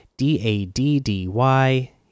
D-A-D-D-Y